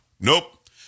Nope